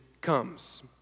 comes